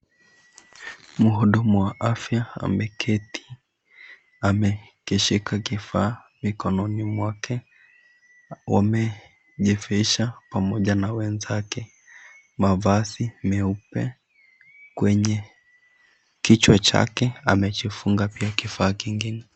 Mhudumu wa afya ameketi, amekishika kifaa mikononi mwake, wamejivisha pamoja na wenzake mavazi meupe kwenye kichwa chake amejifunga pia kifaa kingine.